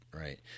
Right